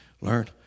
learn